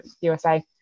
USA